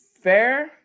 Fair